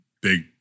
big